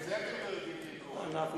ואת זה אתם לא יודעים אנחנו יודעים,